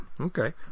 okay